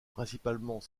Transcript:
principalement